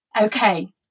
Okay